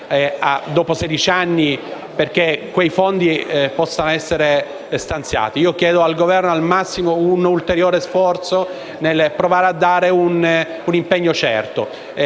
temporale perché quei fondi possano essere stanziato. Chiedo al Governo un ulteriore sforzo per provare a dare un impegno certo.